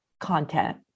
content